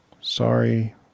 Sorry